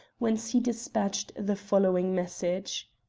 whence he despatched the following message